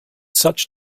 such